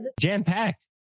jam-packed